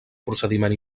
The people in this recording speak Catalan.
procediment